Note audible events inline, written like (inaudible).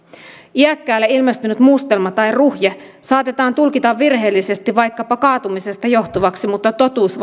iäkkäälle ilmestynyt mustelma tai ruhje saatetaan tulkita virheellisesti vaikkapa kaatumisesta johtuvaksi mutta totuus (unintelligible)